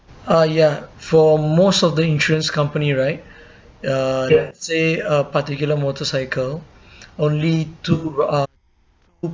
ah ya for most of the insurance company right uh let say a particular motorcycle only two uh two